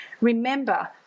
Remember